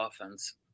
offense